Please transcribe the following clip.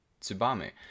Tsubame